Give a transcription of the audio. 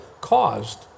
caused